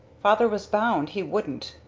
father was bound he wouldn't,